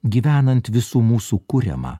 gyvenant visų mūsų kuriamą